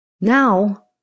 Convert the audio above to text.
Now